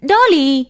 Dolly